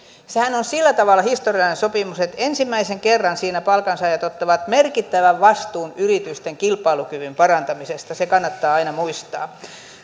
sehän on sillä tavalla historiallinen sopimus että ensimmäisen kerran siinä palkansaajat ottavat merkittävän vastuun yritysten kilpailukyvyn parantamisesta se kannattaa aina muistaa